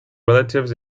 relatives